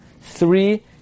three